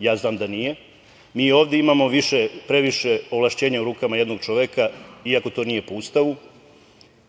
Ja znam da nije. Mi ovde imamo previše ovlašćenja u rukama jednog čoveka, iako to nije po Ustavu,